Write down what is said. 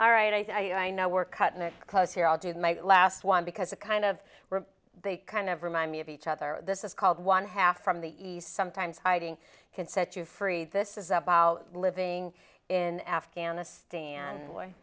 all right i know we're cutting it because here i'll do my last one because it kind of they kind of remind me of each other this is called one half from the east sometimes hiding can set you free this is about living in afghanistan